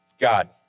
God